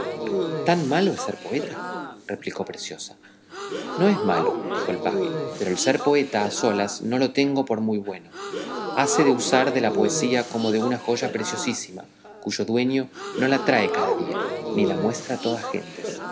tan malo es ser poeta replicó preciosa no es malo dijo el paje pero el ser poeta a solas no lo tengo por muy bueno hase de usar de la poesía como de una joya preciosísima cuyo dueño no la trae cada día ni la muestra a todas gentes